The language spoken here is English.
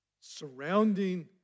surrounding